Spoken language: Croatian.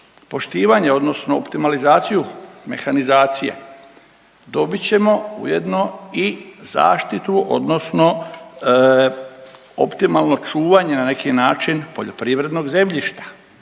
poštivanje, odnosno optimalizaciju mehanizacija dobit ćemo ujedno i zaštitu, odnosno optimalno čuvanje na neki način poljoprivrednog zemljišta.